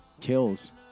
kills